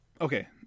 Okay